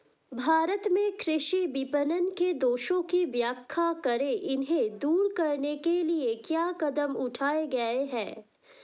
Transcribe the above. भारत में कृषि विपणन के दोषों की व्याख्या करें इन्हें दूर करने के लिए क्या कदम उठाए गए हैं?